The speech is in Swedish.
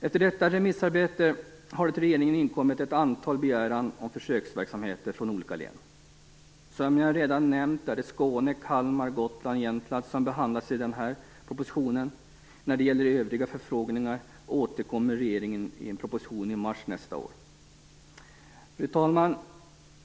Efter detta remissarbete har det till regeringen inkommit begäran om att få bedriva försöksverksamhet från olika län. Som jag redan nämnt är det Skåne, Kalmar, Gotland och Jämtland som behandlas i den här propositionen. När det gäller övriga förfrågningar återkommer regeringen i en proposition i mars nästa år. Fru talman!